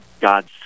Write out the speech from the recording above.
God's